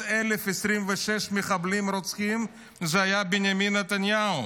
1,026 מחבלים רוצחים היה בנימין נתניהו;